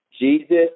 Jesus